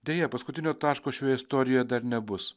deja paskutinio taško šioje istorijoje dar nebus